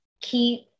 keep